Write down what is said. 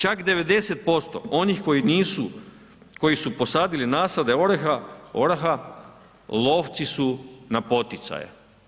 Čak 90% onih koji nisu, koji su posadili nasade oraha lovci su na poticaje.